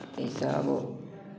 इसभ